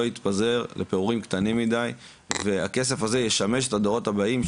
יתפזר לפירורים קטנים מדי והכסף הזה ישמש את הדורות הבאים,